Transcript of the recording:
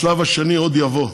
השלב השני עוד יבוא,